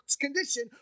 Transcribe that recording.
condition